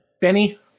Benny